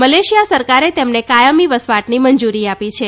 Malaysia સરકારે તેમને કાયમી વસવાટની મંજુરી આપી છે